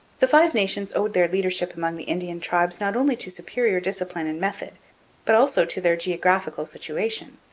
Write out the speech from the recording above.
the five nations owed their leadership among the indian tribes not only to superior discipline and method but also to their geographical situation.